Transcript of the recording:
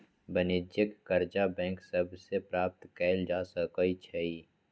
वाणिज्यिक करजा बैंक सभ से प्राप्त कएल जा सकै छइ